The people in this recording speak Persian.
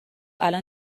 الان